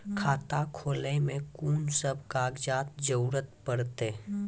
खाता खोलै मे कून सब कागजात जरूरत परतै?